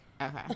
Okay